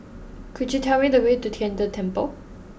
could you tell me the way to Tian De Temple